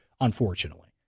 unfortunately